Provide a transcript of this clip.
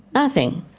nothing.